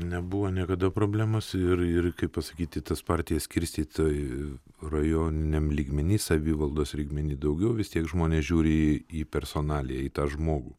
nebuvo niekada problemos ir ir kaip pasakyt į tas partijas skirstyt tai rajoniniam lygmeny savivaldos lygmeny daugiau vis tiek žmonės žiūri į į personaliją į tą žmogų